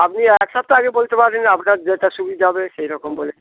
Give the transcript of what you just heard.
আপনি এক সপ্তাহ আগে বলতে পারবেন আপনার যেটা সুবিধা হবে সেই রকম বলে